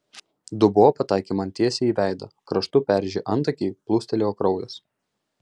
dubuo pataikė man tiesiai į veidą kraštu perrėžė antakį plūstelėjo kraujas